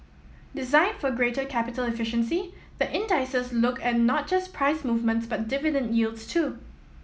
designed for greater capital efficiency the indices look at not just price movements but dividend yields too